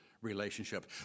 relationship